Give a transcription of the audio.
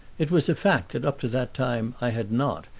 it was a fact that up to that time i had not,